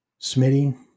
Smitty